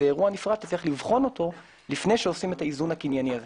זה אירוע נפרד שיש לבחון אותו לפני שעושים את האיזון הקנייני הזה.